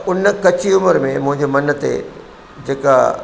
उन कची उमिरि में मुंहिंजे मन ते जेका